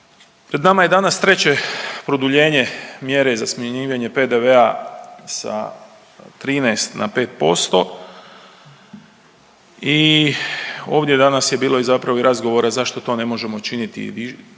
pred nama je treće produljenje mjere za smanjivanje PDV-a sa 13 na 5% i ovdje danas je bilo zapravo i razgovora zašto to ne možemo činiti